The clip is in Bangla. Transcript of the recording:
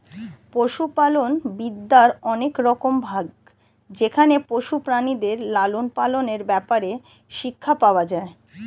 পশুপালন বিদ্যার অনেক রকম ভাগ যেখানে পশু প্রাণীদের লালন পালনের ব্যাপারে শিক্ষা পাওয়া যায়